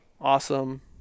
awesome